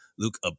Luke